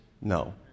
No